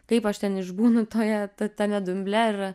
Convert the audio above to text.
kaip aš ten išbūnu toje ta tame dumble ir